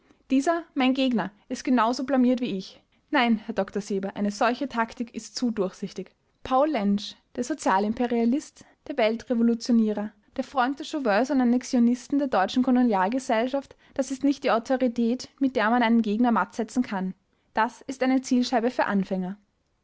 dieser mein gegner ist genau so blamiert wie ich nein herr dr seber eine solche taktik ist zu durchsichtig paul lensch der sozialimperialist der weltrevolutionierer der freund der chauvins und annexionisten der deutschen kolonialgesellschaft das ist nicht die autorität mit der man einen gegner mattsetzen kann das ist eine zielscheibe für anfänger